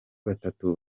batatu